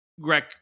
Greg